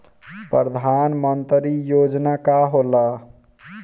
परधान मंतरी योजना का होला?